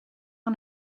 een